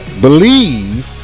believe